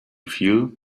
feel